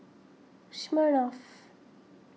Smirnoff